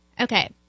Okay